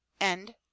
End